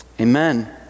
amen